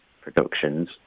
Productions